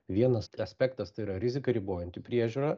vienas aspektas tai yra riziką ribojanti priežiūra